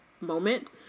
moment